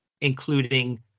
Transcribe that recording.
including